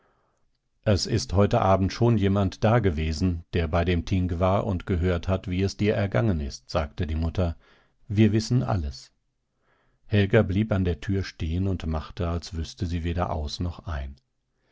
es ist heute abend schon jemand dagewesen der bei dem thing war und gehört hat wie es dir ergangen ist sagte die mutter wir wissen alles helga blieb an der tür stehen und machte als wüßte sie weder aus noch ein